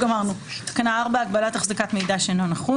תקנה 4: הגבלת החזקת מידע4.